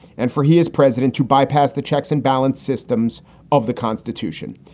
and for he is president to bypass the checks and balance systems of the constitution.